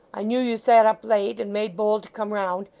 i knew you sat up late, and made bold to come round,